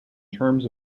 terms